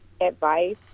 advice